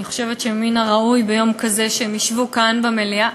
אני חושבת שמן הראוי ביום כזה שהם ישבו כאן במליאה.